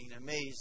amazing